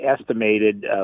estimated